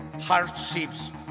hardships